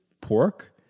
pork